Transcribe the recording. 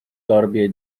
torbie